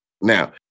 Now